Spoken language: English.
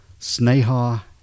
Sneha